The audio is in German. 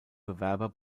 bewerber